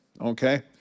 okay